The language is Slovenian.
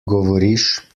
govoriš